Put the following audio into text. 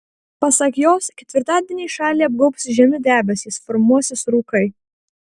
pasak jos ketvirtadienį šalį apgaubs žemi debesys formuosis rūkai